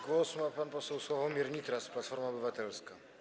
Głos ma pan poseł Sławomir Nitras, Platforma Obywatelska.